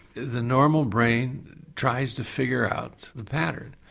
the normal brain tries to figure out the pattern,